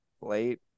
late